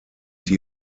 die